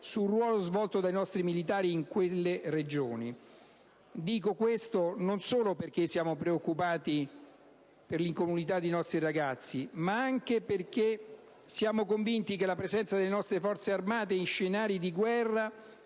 sul ruolo svolto dai nostri militari in quelle regioni. Dico questo non solo perché siamo preoccupati per l'incolumità dei nostri ragazzi, ma anche perché siamo convinti che la presenza delle nostre Forze armate in scenari di guerra